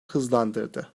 hızlandırdı